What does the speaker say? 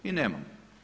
I nemamo.